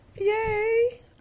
Yay